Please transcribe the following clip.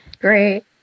Great